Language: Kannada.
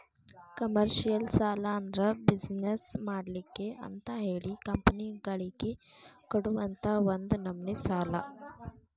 ಕಾಮರ್ಷಿಯಲ್ ಸಾಲಾ ಅಂದ್ರ ಬಿಜನೆಸ್ ಮಾಡ್ಲಿಕ್ಕೆ ಅಂತಹೇಳಿ ಕಂಪನಿಗಳಿಗೆ ಕೊಡುವಂತಾ ಒಂದ ನಮ್ನಿ ಸಾಲಾ